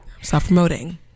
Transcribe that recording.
self-promoting